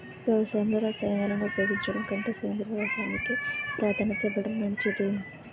వ్యవసాయంలో రసాయనాలను ఉపయోగించడం కంటే సేంద్రియ వ్యవసాయానికి ప్రాధాన్యత ఇవ్వడం మంచిది